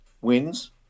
wins